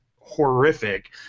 horrific –